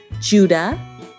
Judah